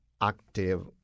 active